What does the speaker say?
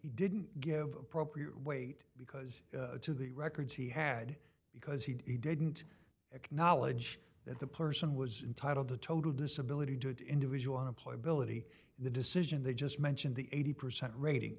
didn't give appropriate weight because of the records he had because he didn't acknowledge that the person was entitled the total disability did individual an employer billet he the decision they just mentioned the eighty percent rating